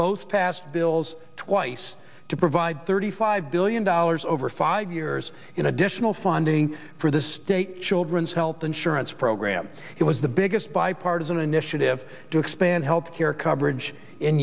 both passed bills twice to provide thirty five billion dollars over five years in additional funding for the state children's health insurance program it was the biggest bipartisan initiative to expand health care coverage in